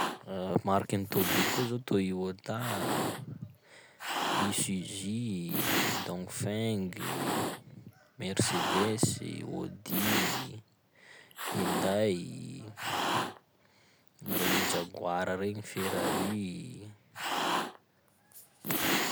Mariky ny tômbily koa zao: Toyota, Isuzu, Dong Feng i, Mercedes ii, Odi, Huyndai i, regny Jaguar regny, Ferari i.